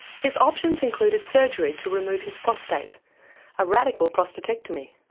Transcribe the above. his options included surgery to remove his prostate a radical prostatectomy.